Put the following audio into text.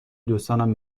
دوستانم